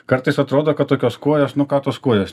kartais atrodo kad tokios kuojos nu ką tos kuojos